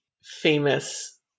famous